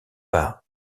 pas